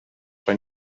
van